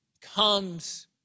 comes